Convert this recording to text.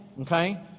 Okay